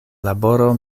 laboro